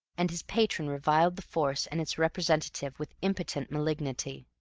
and his patron reviled the force and its representative with impotent malignity.